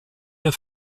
mehr